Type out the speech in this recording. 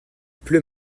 pleut